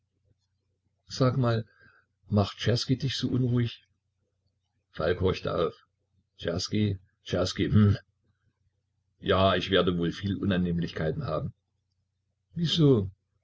sag mal macht czerski dich so unruhig falk horchte auf czerski czerski hm ja ich werde wohl viele unannehmlichkeiten haben wieso